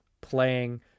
playing